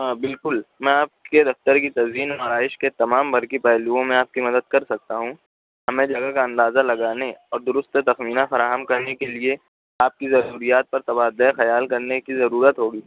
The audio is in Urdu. ہاں بالکل میں آپ کے دفتر کی تزئین و آرائش کے تمام برقی پہلؤں میں آپ کی مدد کر سکتا ہوں اب میں لاگت کا اندازہ لگانے اور درست تخمینہ فراہم کرنے کے لئے آپ کی ضروریات پر تبادلہ خیال کرنے کی ضرورت ہوگی